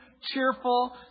cheerful